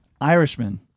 Irishman